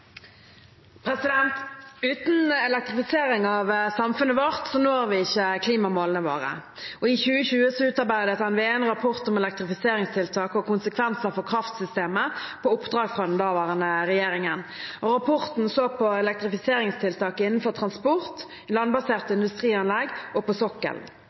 Uten elektrifisering av samfunnet vårt når vi ikke klimamålene våre. I 2020 utarbeidet NVE en rapport om elektrifiseringstiltak og konsekvenser for kraftsystemet på oppdrag fra den daværende regjeringen. Rapporten så på elektrifiseringstiltak innenfor transport, landbaserte industrianlegg og på sokkelen.